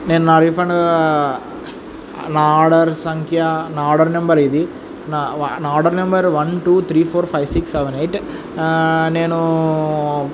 నేను నా రిఫండ్ నా ఆర్డర్ సంఖ్య నా ఆర్డర్ నెంబర్ ఇది నా నా order number one two three four five six seven eight నేను